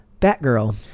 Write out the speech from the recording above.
Batgirl